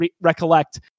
recollect